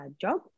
job